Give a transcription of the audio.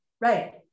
right